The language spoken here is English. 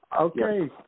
Okay